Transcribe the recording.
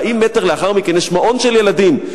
40 מטר לאחר מכן יש מעון של ילדים,